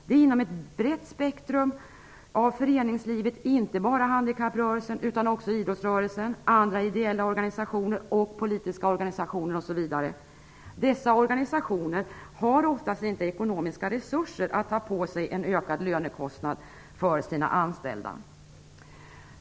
Det är inom ett brett spektrum av föreningslivet, inte bara handikapprörelsen, utan också idrottsrörelsen, andra ideella organisationer och politiska organisationer, osv. Dessa organisationer har oftast inte ekonomiska resurser att ta på sig en ökad lönekostnad för sina anställda.